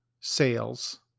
sales